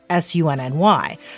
Sunny